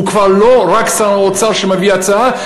הוא כבר לא רק שר האוצר שמביא הצעה,